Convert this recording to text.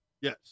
Yes